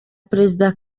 perezida